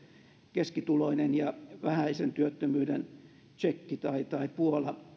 keskituloinen ja vähäisen työttömyyden tsekki tai tai puola